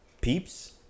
peeps